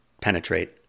penetrate